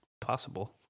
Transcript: possible